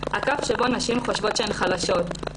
הקו שבו נשים חושבות שהן חלשות,